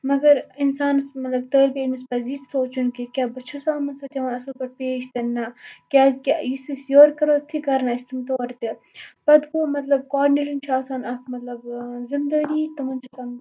مگر اِنسانَس مطلب طٲلبہٕ علمَس پَزِ یہِ سونٛچُن کہِ کیٛاہ بہٕ چھُسا یِمَن سۭتۍ یِوان اَصٕل پٲٹھۍ پیش کِنہٕ نہ کیٛازِکہِ یُس أسۍ یورٕ کَرو تِتھُے کَرَن اَسہِ تِم تورٕ تہِ پَتہٕ گوٚو مطلب کاڈنیٹرَن چھِ آسان اَکھ مطلب ذِمہِ دٲری تِمَن چھُ آسان